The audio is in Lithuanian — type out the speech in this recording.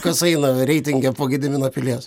kas eina reitinge po gedimino pilies